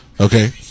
okay